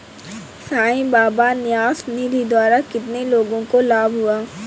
साई बाबा न्यास निधि द्वारा कितने लोगों को लाभ हुआ?